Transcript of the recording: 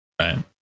right